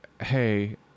hey